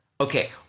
Okay